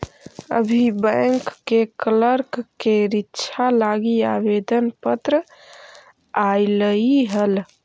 अभी बैंक के क्लर्क के रीक्षा लागी आवेदन पत्र आएलई हल